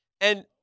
and-